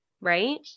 Right